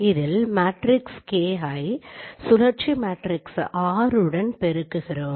இதில் matrix K ஐ சுழற்சி மேட்ரிக்ஸ் R உடன் பெருக்குகிறோம்